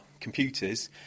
computers